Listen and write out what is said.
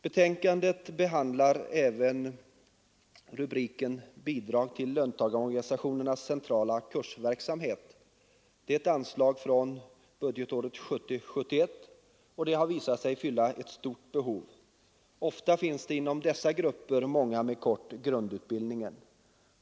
Betänkandet behandlar även anslaget Bidrag till löntagarorganisationernas centrala kursverksamhet. Detta anslag infördes 1970/71 och har visat sig fylla ett stort behov. Ofta finns det inom löntagarorganisationerna grupper med en kort grundutbildning.